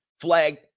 flag